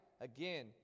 Again